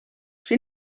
she